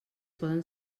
poden